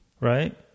Right